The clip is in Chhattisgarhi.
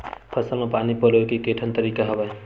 फसल म पानी पलोय के केठन तरीका हवय?